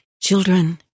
Children